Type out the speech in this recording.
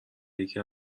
یکی